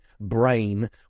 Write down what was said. brain